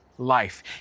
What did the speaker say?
Life